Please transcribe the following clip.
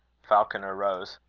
falconer rose.